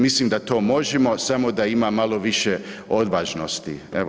Mislim da to možemo samo da ima malo više odvažnosti.